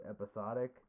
episodic